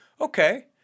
okay